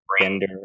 gender